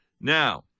Now